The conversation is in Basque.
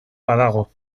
badago